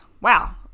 wow